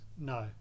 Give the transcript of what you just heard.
no